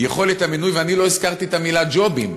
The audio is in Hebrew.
יכולת המינוי, ואני לא הזכרתי את המילה ג'ובים.